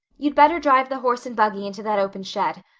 you'd better drive the horse and buggy into that open shed.